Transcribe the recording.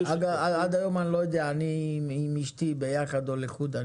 עד היום אני לא יודע אם אני עם אשתי ביחד או לחוד.